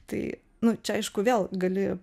tai nu čia aišku vėl gali